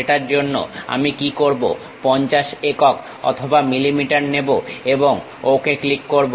সেটার জন্য আমি কি করবো 50 একক অথবা মিলিমিটার নেব এবং ওকে ক্লিক করব